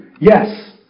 yes